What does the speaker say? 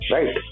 Right